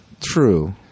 True